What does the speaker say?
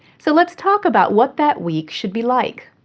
so let's talk about what that week should be like.